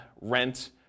rent